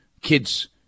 kids